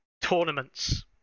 tournaments